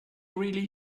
really